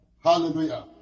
Hallelujah